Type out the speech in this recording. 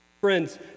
Friends